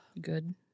Good